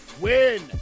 win